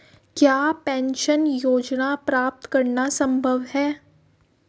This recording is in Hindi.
क्या पेंशन योजना प्राप्त करना संभव है?